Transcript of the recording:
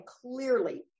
clearly